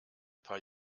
paar